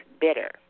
bitter